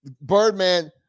Birdman